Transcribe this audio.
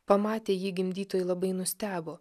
pamatę jį gimdytojai labai nustebo